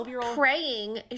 praying